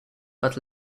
but